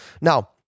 Now